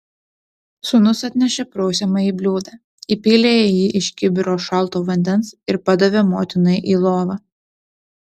sūnus atnešė prausiamąjį bliūdą įpylė į jį iš kibiro šalto vandens ir padavė motinai į lovą